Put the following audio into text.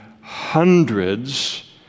hundreds